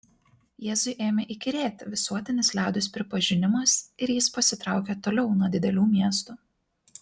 jėzui ėmė įkyrėti visuotinis liaudies pripažinimas ir jis pasitraukė toliau nuo didelių miestų